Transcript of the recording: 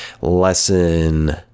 Lesson